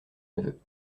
neveu